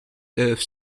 earth